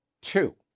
Two